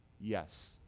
yes